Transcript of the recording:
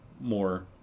more